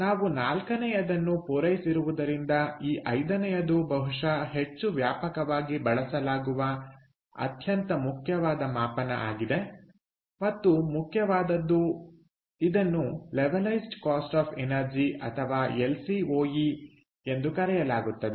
ನಾವು ನಾಲ್ಕನೆಯದನ್ನು ಪೂರೈಸಿರುವುದರಿಂದ ಈ ಐದನೆಯದು ಬಹುಶಃ ಹೆಚ್ಚು ವ್ಯಾಪಕವಾಗಿ ಬಳಸಲಾಗುವ ಅತ್ಯಂತ ಮುಖ್ಯವಾದ ಮಾಪನ ಆಗಿದೆ ಮತ್ತು ಮುಖ್ಯವಾದದ್ದು ಇದನ್ನು ಲೆವಲೈಸ್ಡ್ ಕಾಸ್ಟ್ ಆಫ್ ಎನರ್ಜಿ ಅಥವಾ ಎಲ್ ಸಿ ಓ ಇ ಎಂದು ಕರೆಯಲಾಗುತ್ತದೆ